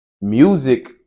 Music